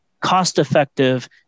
cost-effective